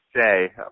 say